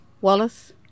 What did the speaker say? Wallace